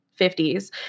50s